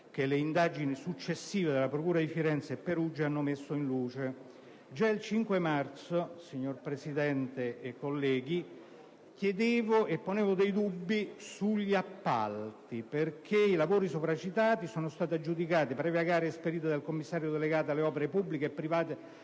che le indagini successive delle procure di Firenze e di Perugia hanno messo in luce. Già il 5 marzo, signor Presidente, onorevoli colleghi, ponevo dubbi sugli appalti, perché i lavori sono stati aggiudicati previa gara esperita dal commissario delegato alle opere pubbliche e private